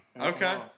Okay